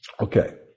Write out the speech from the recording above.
Okay